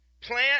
Plant